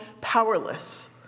powerless